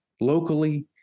locally